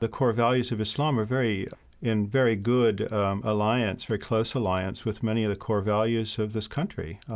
the core values of islam are very in very good um alliance very close alliance with many of the core values of this country,